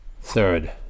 third